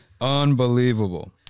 Unbelievable